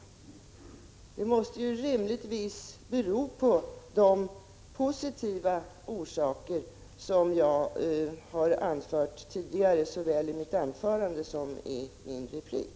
Orsakerna måste givetvis vara de positiva faktorer som jag har talat om såväl i mitt huvudanförande som i min replik.